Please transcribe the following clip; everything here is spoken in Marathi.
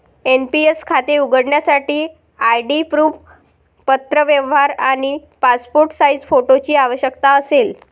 एन.पी.एस खाते उघडण्यासाठी आय.डी प्रूफ, पत्रव्यवहार आणि पासपोर्ट साइज फोटोची आवश्यकता असेल